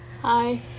Hi